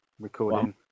Recording